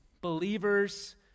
believers